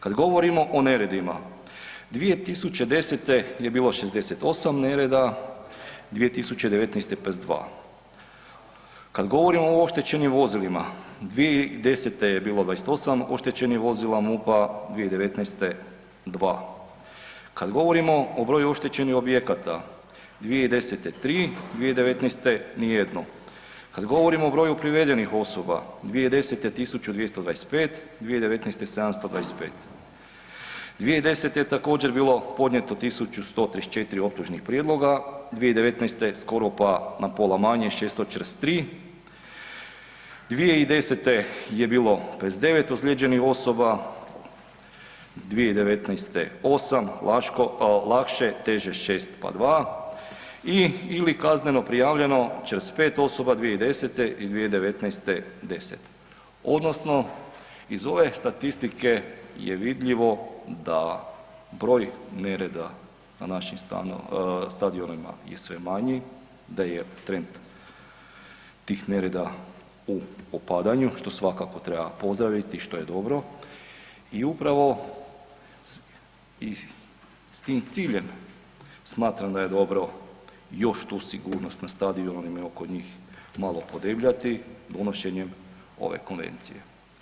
Kad govorimo o neredima 2010. je bilo 68 nereda, 2019. 52, kad govorimo o oštećenim vozilima 2010 je bilo 28 oštećenih vozila MUP-a, 2019. 2, kad govorimo o broju oštećenih objekata 2010. 3, 2019. ni jedno, kad govorimo o broju privedenih osoba 2010. 1.225, 2019. 725, 2010. je također bilo podnijeto 1.134 optužnih prijedloga, 2019. skoro pa na pola manje 643, 2010. je bilo 29 ozlijeđenih osoba, 2019. 8 lakše, teže 6 pa 2 i/ili kazneno prijavljeno 45 2010. i 2019. 10 odnosno iz ove statistike je vidljivo da broj nereda na našim stadionima je sve manji, da je trend tih nereda u opadanju što svakako treba pozdraviti, što je dobro i upravo s tim ciljem smatram da je dobro još tu sigurnost na stadionima i oko njih malo podebljati unošenjem ove konvencije.